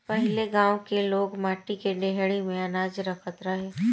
पहिले गांव के लोग माटी के डेहरी में अनाज रखत रहे